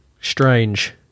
strange